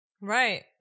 Right